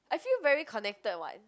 I feel very connected [what]